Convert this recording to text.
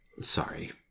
sorry